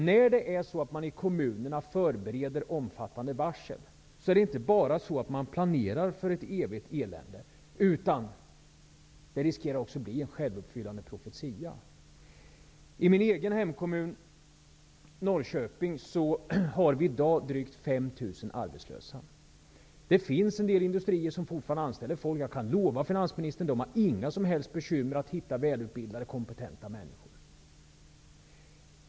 När man i kommunerna förbereder omfattande varsel är det inte bara så att man planerar för ett evigt elände, utan varslen riskerar också att få funktionen av självuppfyllande profetia. I min hemkommun Norrköping har vi i dag drygt 5 000 arbetslösa. Det finns en del industrier som fortfarande anställer folk, och jag kan lova finansministern att de inte har några som helst bekymmer med att hitta välutbildade och kompetenta människor.